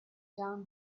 down